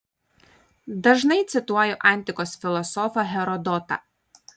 dažnai cituoju antikos filosofą herodotą